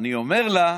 ואני אומר לה,